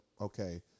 okay